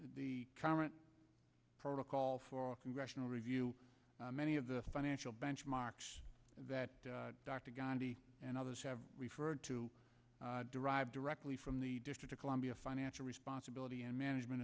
the current protocol for congressional review many of the financial benchmarks that dr and others have referred to derive directly from the district of columbia financial responsibility and management